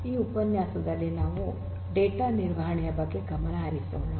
ಈ ಉಪನ್ಯಾಸದಲ್ಲಿ ನಾವು ಡೇಟಾ ನಿರ್ವಹಣೆಯ ಬಗ್ಗೆ ಗಮನ ಹರಿಸೋಣ